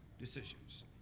decisions